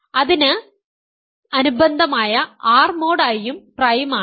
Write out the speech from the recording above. അതിനു അനുബന്ധമായ R mode I യും പ്രൈം ആണ്